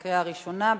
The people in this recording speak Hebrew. בקריאה ראשונה.